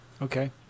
Okay